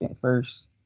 first